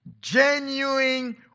genuine